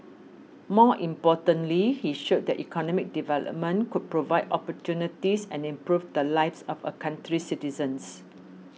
more importantly he showed that economic development could provide opportunities and improve the lives of a country's citizens